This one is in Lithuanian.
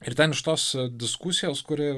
ir ten iš tos diskusijos kuri